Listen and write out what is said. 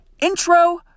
intro